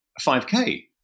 5K